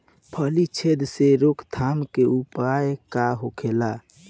फली छिद्र से रोकथाम के उपाय का होखे?